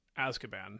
Azkaban